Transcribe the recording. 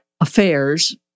affairs